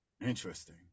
Interesting